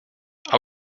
aber